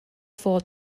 four